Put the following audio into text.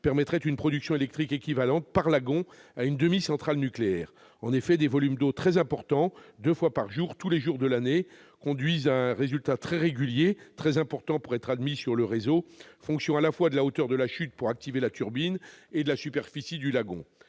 permettrait une production électrique équivalente, par lagon, à une demi-centrale nucléaire. En effet, des volumes d'eau très importants, deux fois par jour, tous les jours de l'année, conduisent à un résultat très régulier, très important pour être admis sur le réseau, fonction à la fois de la hauteur de la chute activant la turbine et de la superficie du lagon.